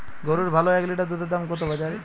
গরুর ভালো এক লিটার দুধের দাম কত বাজারে?